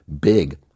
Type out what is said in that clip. big